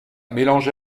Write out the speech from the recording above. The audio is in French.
mélange